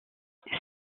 celles